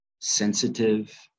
sensitive